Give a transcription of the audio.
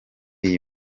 iyi